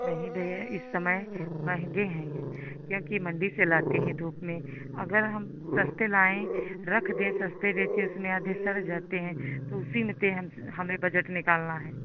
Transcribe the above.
नहीं भैया इस समय महंगे हैं हैं क्योंकि मंडी से लाते हैं धूप में अगर हम सस्ते लाएं रख दें सस्ते बेंचे उसमें आधे सड़ जाते हैं तो उसी में ते हम हमें बजट निकालना है